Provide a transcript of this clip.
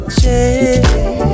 change